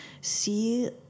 see